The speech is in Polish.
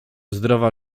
zdrowa